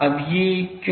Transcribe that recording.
अब ये क्यों